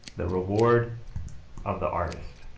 the reward of the artist